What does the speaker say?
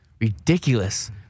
ridiculous